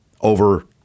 over